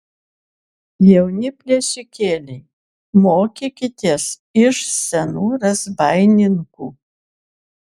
jauni plėšikėliai mokykitės iš senų razbaininkų